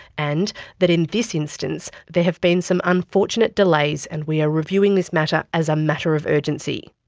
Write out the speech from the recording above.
and that in this instance, there have been some unfortunate delays and we are reviewing this matter as a matter of urgency'.